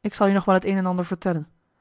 ik zal je nog wel het een en ander vertellen